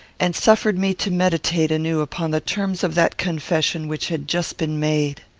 and suffered me to meditate anew upon the terms of that confession which had just been made.